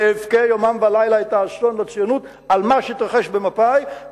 ואבכה יום וליל" את האסון לציונות על מה שהתרחש במפא"י,